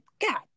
God